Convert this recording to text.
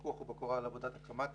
פיקוח ובקרה על עבודת הקמ"טים,